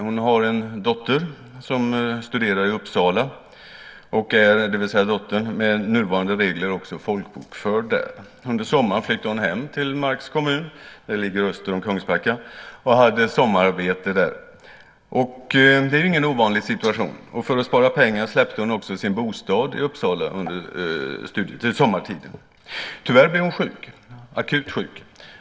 Hon har en dotter som studerar i Uppsala och som med nuvarande regler också är folkbokförd där. Under sommaren flyttade hon hem till Marks kommun, som ligger öster om Kungsbacka, och hade sommararbete där. Det är ju ingen ovanlig situation. För att spara pengar släppte hon sin bostad i Uppsala under sommaren. Tyvärr blev hon akut sjuk.